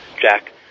Jack